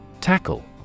Tackle